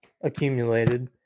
accumulated